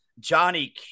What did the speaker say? Johnny